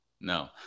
No